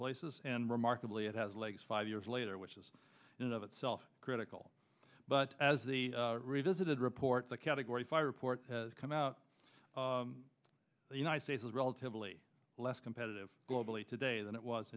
places and remarkably it has legs five years later which is in of itself critical but as the revisited report the category five report has come out the united states is relatively less competitive globally today than it was